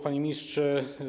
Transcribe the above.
Panie Ministrze!